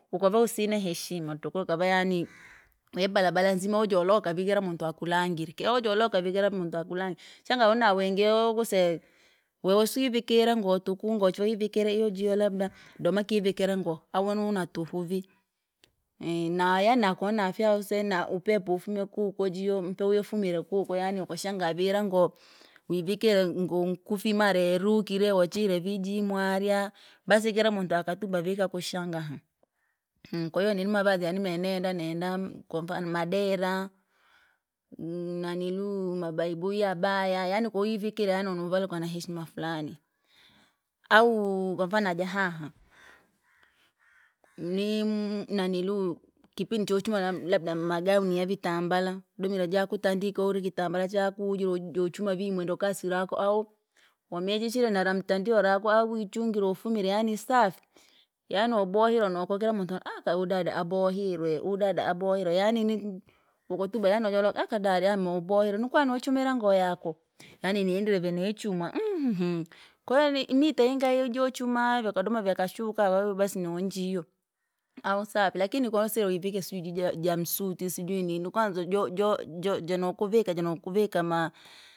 Wakava usina heshima tuku, ukava yaani, webalabala nzima wojoloka ni kiramuntu akulangire, ki ahu wojoloka vi kikiramuntu akulangire, shangaa uri wingi yokuseya, wewe siwivikire ngoo tuku ngoo choo wivikire iyo jio labda. Doma kivikire ingoo, ahu niuri natuhu vii, aaha naya yaani nakona fyaa use na upepo ufume kuko jiyo mpe huyo ufumire kuko yani wakashangaa vii ira ngoo. Wivikire ngoo nkufi mara yarukire wachihire vi ji mwaarya, basi kira muntu akatuba vi kakushangaha. kwahiyo nini mavazi yani yenenda nenda kwamfano madera, naniliuu mabaibui abaya yaani kowi vikire yaani novaluka na heshima fulani. Au kwamfano najahaha, nim- nanilu kipindi chochuma nam- labda magauni yavitambala, domira jaki tandika wawurine kitambala chaku wujire woju wojochuma vi imwendokasi raku au, wamechechire naramtandio raku ahu wichungine ufumire yani safi. Yaani wabohirwe nooko kira mountu aka uhu dada abohirwe uhu dada abohirwe, yaani nini wakatuba yani nojora aka dare amo obohire nokwani wachumire ngoo yako, yani nendeire vene ya chumwa, kwahiyo ni- mita ingayi wija jochuma vyakadoma vyakashuka wauobasi nonjio, ahu safi lakini koniwasire wivikire siju ja- jarmsuta, sijui nini kwanza jo- jo- jonokuvika jonokuvika ma.